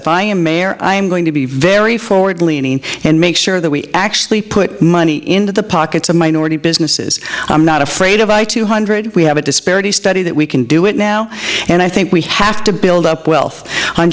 mayor i am going to be very forward leaning and make sure that we actually put money into the pockets of minority businesses i'm not afraid of i two hundred we have a disparity study that we can do it now and i think we have to build up wealth